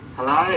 Hello